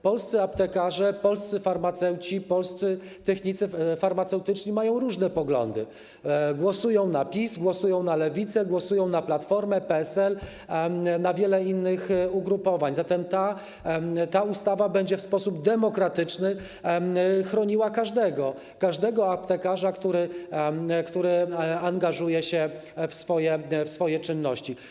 Polscy aptekarze, polscy farmaceuci, polscy technicy farmaceutyczni mają różne poglądy, głosują na PiS, głosują na Lewicę, głosują na Platformę, PSL, na wiele innych ugrupowań, zatem ta ustawa będzie w sposób demokratyczny chroniła każdego aptekarza, który angażuje się w swoje czynności.